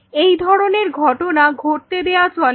এই ধরনের ঘটনা ঘটতে দেয়া চলে না